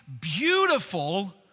beautiful